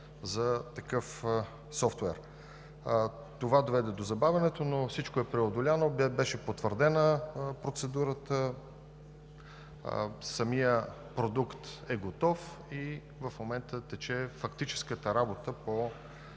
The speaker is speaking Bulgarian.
за такъв софтуер. Това доведе до забавянето, но всичко е преодоляно. Беше потвърдена процедурата. Самият продукт е готов и в момента тече фактическата работа по